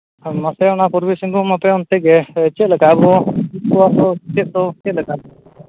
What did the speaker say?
ᱦᱳᱭ ᱢᱟᱥᱮ ᱚᱱᱟ ᱯᱩᱨᱵᱤ ᱥᱤᱝᱵᱷᱩᱢ ᱟᱯᱮ ᱚᱱᱛᱮ ᱜᱮ ᱥᱮ ᱪᱮᱫᱞᱮᱠᱟ ᱟᱵᱚ ᱱᱚᱣᱟ ᱠᱚ ᱥᱮᱫ ᱫᱚ ᱪᱮᱫᱞᱮᱠᱟ